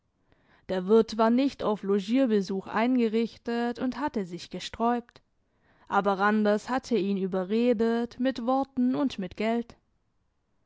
der wirt war nicht auf logierbesuch eingerichtet und hatte sich gesträubt aber randers hatte ihn überredet mit worten und mit geld